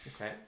Okay